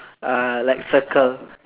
uh like circle